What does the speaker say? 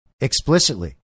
explicitly